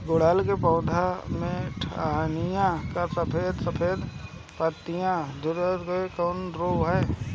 गुड़हल के पधौ के टहनियाँ पर सफेद सफेद हो के पतईया सुकुड़त बा इ कवन रोग ह?